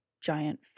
giant